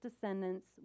descendants